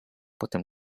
potem